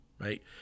right